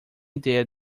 idéia